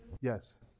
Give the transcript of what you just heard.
Yes